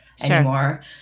anymore